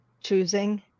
choosing